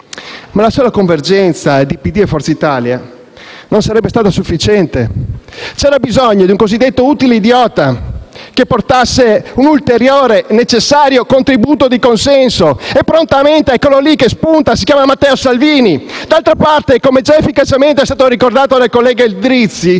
Ma la sola convergenza tra Partito Democratico e Forza Italia non sarebbe stata sufficiente. C'era bisogno di un "utile idiota" che portasse un ulteriore e necessario contributo di consenso. E prontamente eccolo lì che spunta: si chiama Matteo Salvini. D'altra parte, come già efficacemente ricordato dal collega Endrizzi,